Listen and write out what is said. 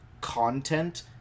content